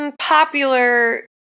popular